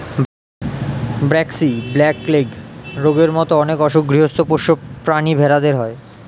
braxy, black leg রোগের মত অনেক অসুখ গৃহস্ত পোষ্য প্রাণী ভেড়াদের হয়